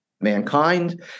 mankind